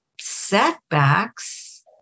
setbacks